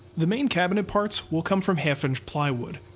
the main cabinet parts will come from half-inch plywood.